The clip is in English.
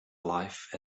life